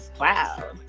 wow